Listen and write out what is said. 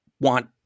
want